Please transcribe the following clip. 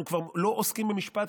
אנחנו כבר לא עוסקים במשפט,